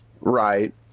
Right